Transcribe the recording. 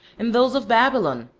and those of babylon,